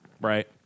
right